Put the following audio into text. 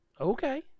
okay